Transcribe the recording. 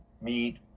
meat